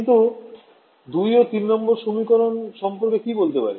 কিন্তু ২ ও ৩ নম্বর সমীকরণ সম্পর্কে কি বলতে পারি